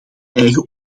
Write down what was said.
eigen